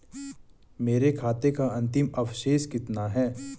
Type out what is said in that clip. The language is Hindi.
मेरे खाते का अंतिम अवशेष कितना है?